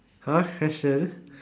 !huh! question